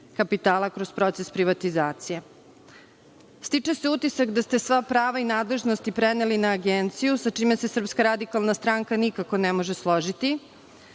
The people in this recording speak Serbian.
kapitala kroz proces privatizacije. Stiče se utisak da ste svoja prava i nadležnosti preneli na Agenciju sa čime se Srpska radikalna stranka nikako ne može složiti,